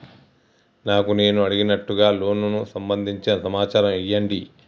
నాకు నేను అడిగినట్టుగా లోనుకు సంబందించిన సమాచారం ఇయ్యండి?